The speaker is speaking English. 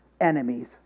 enemies